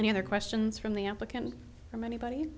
any other questions from the applicant from anybody